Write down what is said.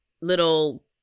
little